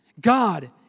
God